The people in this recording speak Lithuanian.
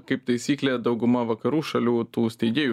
kaip taisyklė dauguma vakarų šalių tų steigėjų